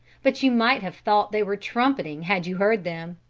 but you might have thought they were trumpeting had you heard them.